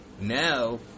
Now